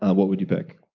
what would you pick?